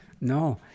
No